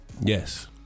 Yes